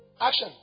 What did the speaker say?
Action